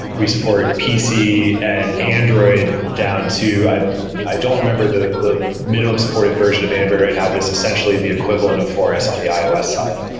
we support pc and android down too. i i don't remember the the minimum supported version of android right now, but it's essentially the equivalent of four s on the ios side.